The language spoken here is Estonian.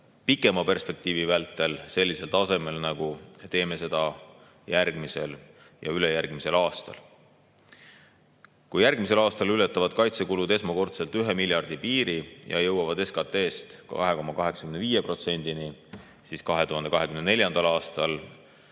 pikema perspektiivi vältel sellisel tasemel, nagu teeme seda järgmisel ja ülejärgmisel aastal. Kui järgmisel aastal ületavad kaitsekulud esmakordselt 1 miljardi piiri ja jõuavad SKT-st 2,85%-ni, siis 2024. aastal